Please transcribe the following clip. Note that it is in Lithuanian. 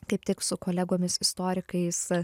kaip tik su kolegomis istorikais